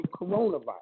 coronavirus